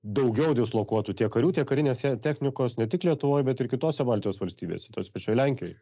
daugiau dislokuotų tiek karių tiek karinės technikos ne tik lietuvoj bet ir kitose baltijos valstybėse tos pačioj lenkijoj